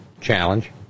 challenge